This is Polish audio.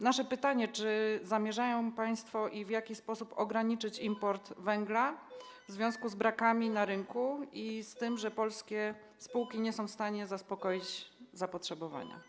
Nasze pytanie: Czy zamierzają państwo - i w jaki sposób - ograniczyć import węgla w związku z brakami na rynku i z tym, że polskie spółki nie są w stanie zaspokoić zapotrzebowania?